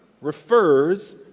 refers